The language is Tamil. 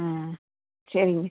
ம் சரிங்க